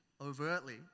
overtly